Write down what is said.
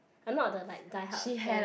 I am not the like die hard fan